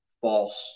false